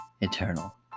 eternal